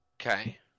Okay